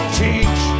teach